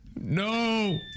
No